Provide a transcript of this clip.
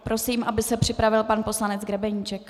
Prosím, aby se připravil pan poslanec Grebeníček.